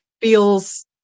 feels